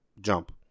jump